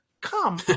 come